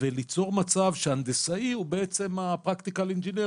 וליצור מצב שההנדסאי הוא בעצם ה-Practical Engineer,